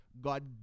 God